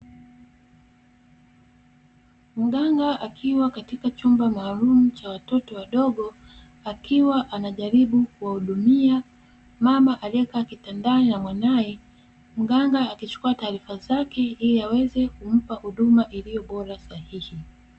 Mganga akiwa katika chumba maalumu cha watoto wadogo akiwa anajaribu kuwahudumia mama aliyekaa kitandani na mwanae, mganga akichukua taarifa zake ili aweze kumpa huduma iliyobora sahihi.